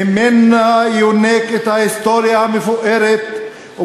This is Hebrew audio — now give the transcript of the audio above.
שממנה הוא יונק את ההיסטוריה המפוארת והוא